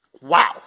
wow